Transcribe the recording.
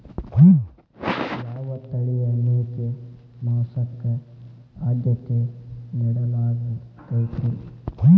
ಯಾವ ತಳಿಯ ಮೇಕೆ ಮಾಂಸಕ್ಕ, ಆದ್ಯತೆ ನೇಡಲಾಗತೈತ್ರಿ?